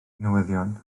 newyddion